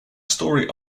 story